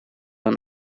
een